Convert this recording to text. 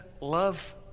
love